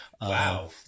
Wow